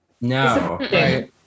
No